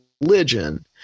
religion